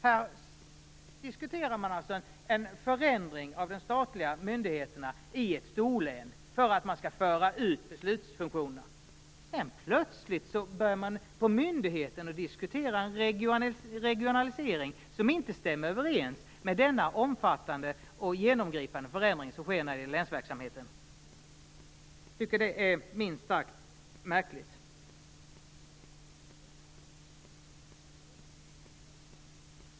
Man diskuterar alltså en förändring av de statliga myndigheterna i ett storlän för att man skall föra ut beslutsfunktionerna. Sedan börjar man på myndigheten plötsligt diskutera en regionalisering som inte stämmer överens med den omfattande och genomgripande förändring som sker när det gäller länsverksamheten. Jag tycker att det är minst sagt märkligt.